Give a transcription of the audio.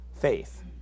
faith